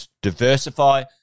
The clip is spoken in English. diversify